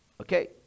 okay